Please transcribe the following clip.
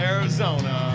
Arizona